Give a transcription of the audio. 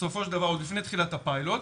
בסופו של דבר, עוד לפני תחילת הפיילוט,